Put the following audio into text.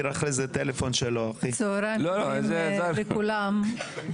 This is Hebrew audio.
צהריים טובים לכולם.